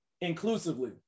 inclusively